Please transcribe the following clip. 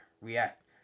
react